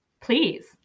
please